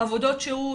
עבודות שירות.